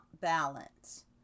balance